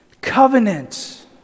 covenant